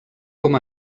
com